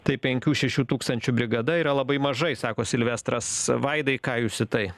tai penkių šešių tūkstančių brigada yra labai mažai sako silvestras vaidai ką jūs į tai